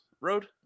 road